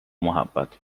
محبت